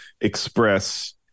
express